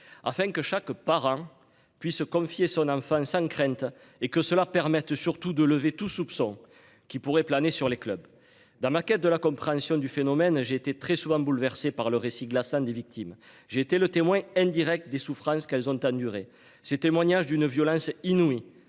afin que chaque parent puisse se confier son enfant sans crainte et que cela permette surtout de lever tout soupçon qui pourrait planer sur les clubs dans ma quête de la compréhension du phénomène. J'ai été très souvent bouleversés par le récit glaçant des victimes. J'ai été le témoin indirect des souffrances qu'elles ont enduré ces témoignages d'une violence inouïe,